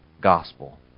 gospel